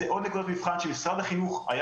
זאת עוד נקודת מבחן שמשרד החינוך היה